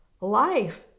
life